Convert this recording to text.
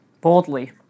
Boldly